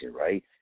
right